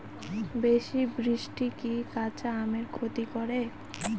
বেশি বৃষ্টি কি কাঁচা আমের ক্ষতি করে?